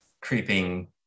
creeping